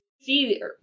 see